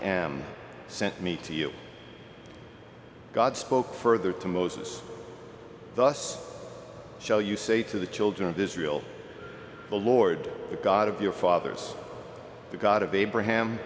am sent me to you god spoke further to moses thus shall you say to the children of israel the lord the god of your fathers the god of abraham